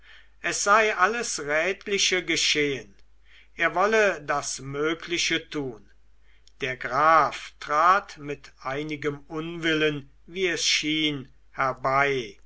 es sei alles rätliche geschehen er wolle das mögliche tun der graf trat mit einigem unwillen wie es schien herbei